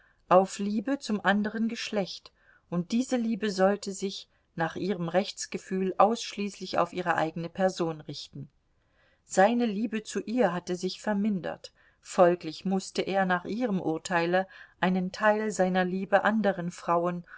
auf liebe zum andern geschlecht und diese liebe sollte sich nach ihrem rechtsgefühl ausschließlich auf ihre eigene person richten seine liebe zu ihr hatte sich vermindert folglich mußte er nach ihrem urteile einen teil seiner liebe anderen frauen